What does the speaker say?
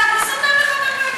בואו לא נפריע לו.